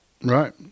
Right